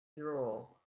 drool